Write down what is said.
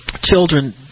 children